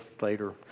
later